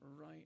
right